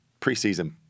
preseason